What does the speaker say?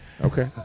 Okay